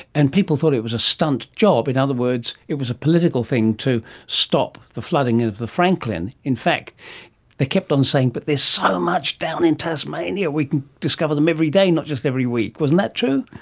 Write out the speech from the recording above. and people thought it was a stunt job, in other words it was a political thing to stop the flooding of the franklin. in fact they kept on saying but there's so much down in tasmania, we can discover them every day, not just every week. wasn't that true?